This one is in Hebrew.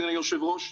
אדוני היושב ראש,